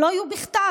הם לא יהיו בכתב.